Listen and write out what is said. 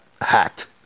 hacked